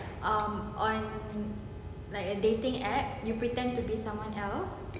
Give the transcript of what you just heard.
I'm on like a dating app you pretend to be someone else